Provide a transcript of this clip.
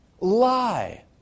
Lie